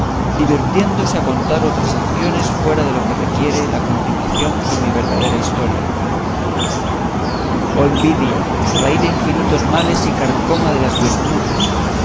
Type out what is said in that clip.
divertiéndose a contar otras acciones fuera de lo que requiere la continuación de una verdadera historia oh envidia raíz de infinitos males y carcoma de las virtudes